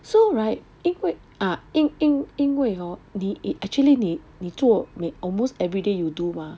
so right 因为 ah 因因因为 hor 你你 actually 你你做 almost everyday you do mah